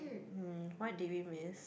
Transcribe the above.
hmm what did we miss